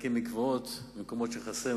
להקים מקוואות במקומות שחסר,